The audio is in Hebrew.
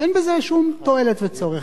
אין בזה שום תועלת וצורך.